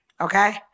Okay